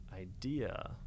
idea